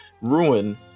ruin